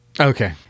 Okay